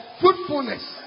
fruitfulness